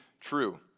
true